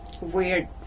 weird